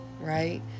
Right